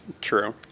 true